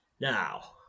Now